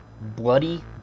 Bloody